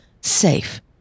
safe